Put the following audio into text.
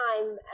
time